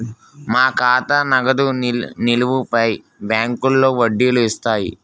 మన ఖాతా నగదు నిలువులపై బ్యాంకులో వడ్డీలు ఇస్తాయి